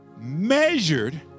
measured